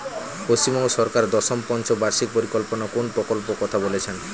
পশ্চিমবঙ্গ সরকার দশম পঞ্চ বার্ষিক পরিকল্পনা কোন প্রকল্প কথা বলেছেন?